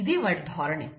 ఇది వాటి ధోరణి